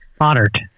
honored